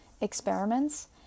experiments